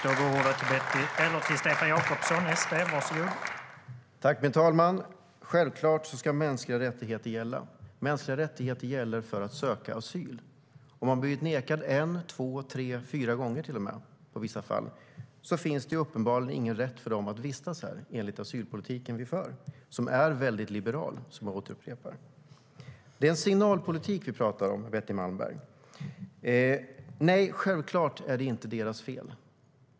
Herr talman! Självklart ska mänskliga rättigheter gälla. Mänskliga rättigheter gäller för att söka asyl. Om man har blivit nekad en, två, tre eller till och med fyra gånger i vissa fall har man uppenbarligen ingen rätt att vistas här, enligt asylpolitiken vi för och som är väldigt liberal, vilket jag upprepar. Nej, självklart är det inte deras fel.